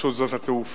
רשות שדות התעופה,